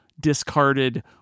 discarded